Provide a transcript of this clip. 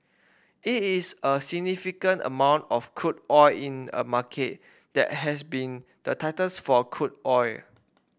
it is a significant amount of crude oil in a market that has been the tightest for crude oil